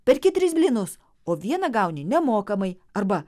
perki tris blynus o vieną gauni nemokamai arba